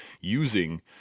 using